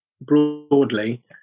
broadly